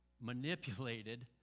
manipulated